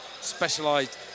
specialized